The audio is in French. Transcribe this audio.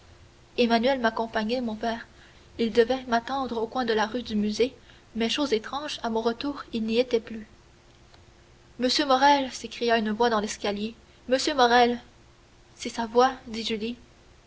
lu emmanuel m'accompagnait mon père il devait m'attendre au coin de la rue du musée mais chose étrange à mon retour il n'y était plus monsieur morrel s'écria une voix dans l'escalier monsieur morrel c'est sa voix dit julie